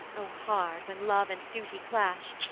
o hard, when love and duty clash!